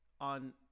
on